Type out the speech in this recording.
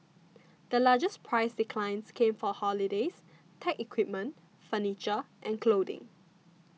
the largest price declines came for holidays tech equipment furniture and clothing